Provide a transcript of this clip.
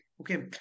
Okay